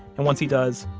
and once he does,